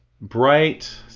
bright